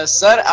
sir